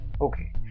okay